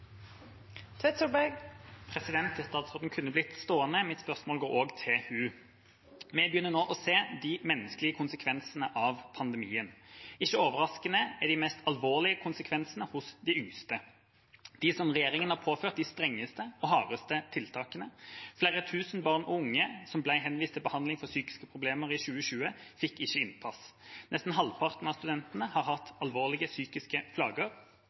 Mitt spørsmål går også til statsråd Melby. Vi begynner nå å se de menneskelige konsekvensene av pandemien. Ikke overraskende er de mest alvorlige konsekvensene for de yngste, de som regjeringa har påført de strengeste og hardeste tiltakene. Flere tusen barn og unge som ble henvist til behandling for psykiske problemer i 2020, fikk ikke innpass. Nesten halvparten av studentene har hatt alvorlige psykiske plager.